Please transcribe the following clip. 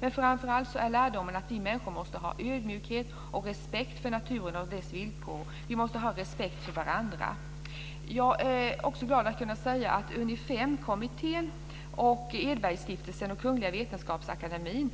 Men framförallt är lärdomen att vi människor måste visa ödmjukhet och respekt för naturen och dess villkor. Vi måste ha respekt för varandra. Jag är också glad att kunna säga att Unifemkommittén, Edberg-stiftelsen och Kungl. Vetenskapsakademien